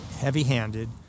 heavy-handed